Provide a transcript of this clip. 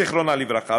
זיכרונה לברכה,